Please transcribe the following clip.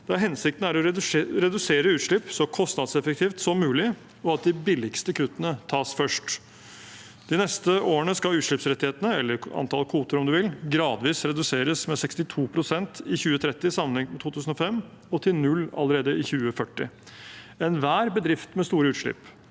hensikten er å redusere utslipp så kostnadseffektivt som mulig, og at de billigste kuttene tas først. De neste årene skal utslippsrettighetene – eller antall kvoter, om man vil – gradvis reduseres, med 62 pst. i 2030 sammenlignet med 2005, og til null allerede i 2040. Enhver bedrift med store utslipp